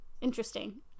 interesting